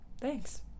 Thanks